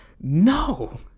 No